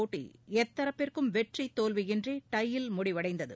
போட்டி எத்தரப்பிற்கும் வெற்றி தோல்வியின்றி டை யில் முடிவடைந்தது